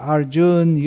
Arjun